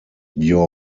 your